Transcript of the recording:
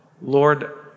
Lord